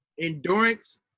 endurance